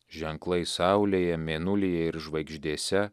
ženklai saulėje mėnulyje ir žvaigždėse